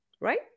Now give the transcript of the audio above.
right